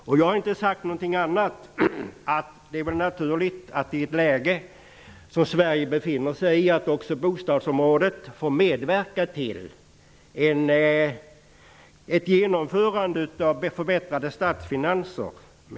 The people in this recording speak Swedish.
Och jag har inte sagt något annat än att det är naturligt att också bostadsområdet, i det läge som Sverige befinner sig i, medverkar till genomförandet av åtgärder för förbättrade statsfinanser.